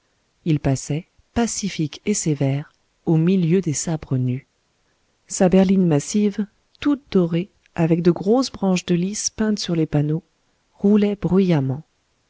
il passait pacifique et sévère au milieu des sabres nus sa berline massive toute dorée avec de grosses branches de lys peintes sur les panneaux roulait bruyamment